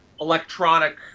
electronic